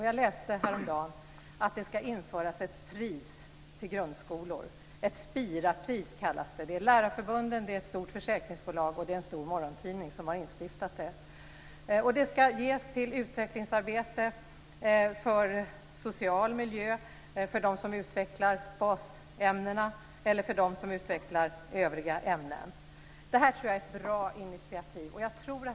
Jag läste häromdagen att ett pris för grundskolor ska införas. Det kallas för skolpriset Spira. Det är lärarförbunden, ett stort försäkringsbolag och en stor morgontidning som har instiftat det. Det ska ges för utvecklingsarbete och social miljö, till dem som utvecklar basämnena eller övriga ämnen. Det är ett bra initiativ.